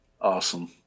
Awesome